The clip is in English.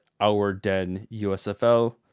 ourdenusfl